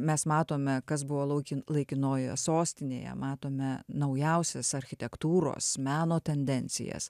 mes matome kas buvo laukin laikinojoje sostinėje matome naujausias architektūros meno tendencijas